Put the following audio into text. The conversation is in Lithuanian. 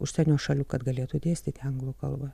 užsienio šalių kad galėtų dėstyti anglų kalba